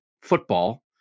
football